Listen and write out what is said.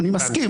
אני מסכים.